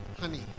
honey